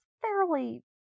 fairly